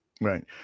Right